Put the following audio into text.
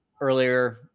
earlier